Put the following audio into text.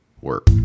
work